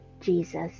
Jesus